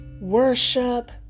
worship